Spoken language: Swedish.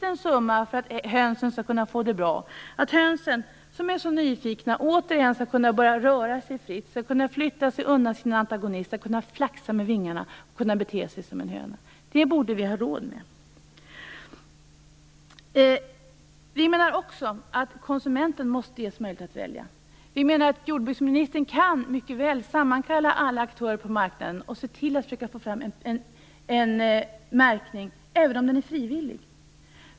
Det är ett lågt pris för att hönorna skall kunna få det bra - för att hönorna, som är så nyfikna, återigen skall börja kunna röra sig fritt, kunna flytta sig undan från sina antagonister, kunna flaxa med vingarna och bete sig som en höna. Det borde vi ha råd med. Vi menar också att konsumenten måste ges möjlighet att välja. Vi menar att jordbruksministern mycket väl kan sammankalla alla aktörer på marknaden och försöka få fram en märkning, även om den bara är frivillig.